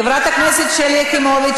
חברת הכנסת שלי יחימוביץ,